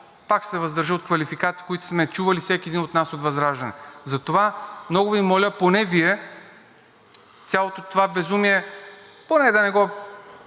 ще се въздържа от квалификации, които сме чували – всеки един от нас от ВЪЗРАЖДАНЕ. Затова много Ви моля, поне Вие цялото това безумие да не го